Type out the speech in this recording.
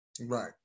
Right